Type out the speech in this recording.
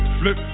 flip